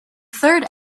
third